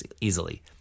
easily